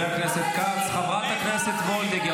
כל כך כואב לי.